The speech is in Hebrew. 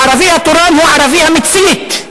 הערבי התורן הוא הערבי המצית.